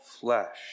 flesh